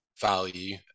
value